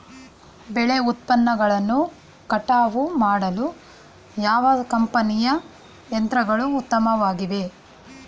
ಬೆಳೆ ಉತ್ಪನ್ನಗಳನ್ನು ಕಟಾವು ಮಾಡಲು ಯಾವ ಕಂಪನಿಯ ಯಂತ್ರಗಳು ಉತ್ತಮವಾಗಿವೆ?